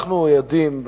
אנחנו יודעים,